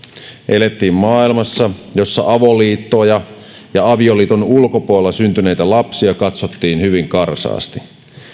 elettiin maailmassa jossa avoliittoa ja avioliiton ulkopuolella syntyneitä lapsia katsottiin hyvin karsaasti